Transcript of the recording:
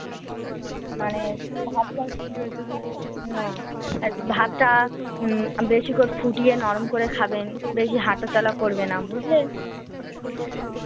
মানে ভাত টাত না অ্যাত ভাতটা বেশি কোর ফুটিয়ে নরম করে খাবেন বেশি হাঁটা চলা করবে না বুঝলেন